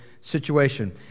situation